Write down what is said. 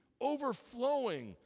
overflowing